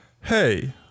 Hey